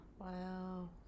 Wow